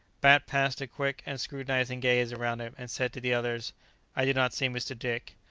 bat passed a quick and scrutinizing gaze around him, and said to the others i do not see mr. dick.